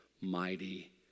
mighty